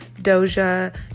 Doja